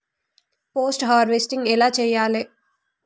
Post harvesting ఎలా చెయ్యాలే?